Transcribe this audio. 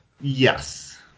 Yes